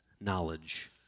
knowledge